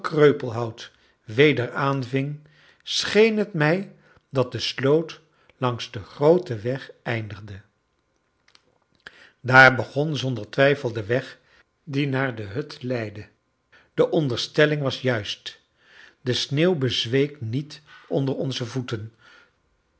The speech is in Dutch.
kreupelhout weder aanving scheen het mij dat de sloot langs den grooten weg eindigde daar begon zonder twijfel de weg die naar de hut leidde die onderstelling was juist de sneeuw bezweek niet onder onze voeten